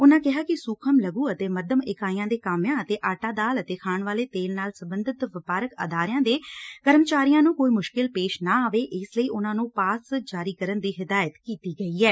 ਉਨੂਾ ਕਿਹਾ ਕਿ ਸੂਖਮ ਲਘੂ ਅਤੇ ਮੱਧਮ ਇਕਾਈਆਂ ਦੇ ਕਾਮਿਆਂ ਅਤੇ ਆਟਾ ਦਾਲ ਅਤੇ ਖਾਣ ਵਾਲੇ ਤੇਲ ਨਾਲ ਸਬੰਧਤ ਵਪਾਰਕ ਅਦਾਰਿਆਂ ਦੇ ਕਰਮਚਾਰੀਆਂ ਨੂੰ ਕੋਈ ਮੁਸ਼ਕਿਲ ਪੇਸ਼ ਨਾ ਆਵੇ ਇਸ ਲਈ ਉਨੂਾਂ ਨੂੰ ਪਾਸ ਕਰਨ ਦੀ ਹਿਦਾਇਤ ਕੀਤੀ ਗਈ ਐ